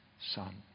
Son